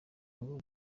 ngo